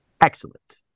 Excellent